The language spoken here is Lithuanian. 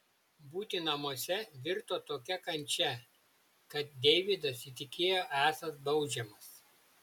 būti namuose virto tokia kančia kad deividas įtikėjo esąs baudžiamas